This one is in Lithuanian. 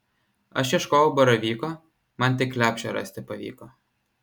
aš ieškojau baravyko man tik lepšę rasti pavyko